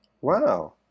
Wow